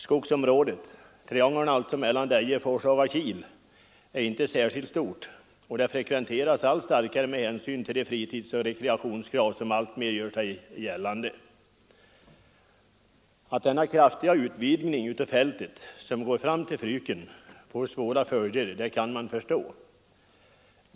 Skogsområdet, dvs. triangeln Deje—Forshaga—Kil, är inte särskilt stort, och det frekventeras allt starkare med hänsyn till de fritidsoch rekreationskrav som alltmer gör sig gällande. Att denna kraftiga utvidgning av fältet, som går fram till Fryken, får svåra följder kan man förstå.